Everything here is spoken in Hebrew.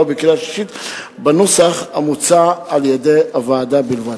ובקריאה שלישית בנוסח המוצע על-ידי הוועדה בלבד.